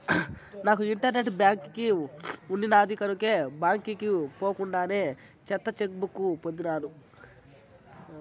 నాకు internet banking ఉండిన్నాది కనుకే బాంకీకి పోకుండానే కొత్త చెక్ బుక్ పొందినాను